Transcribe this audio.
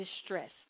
distress